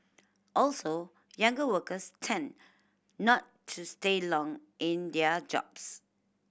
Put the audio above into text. also younger workers tend not to stay long in their jobs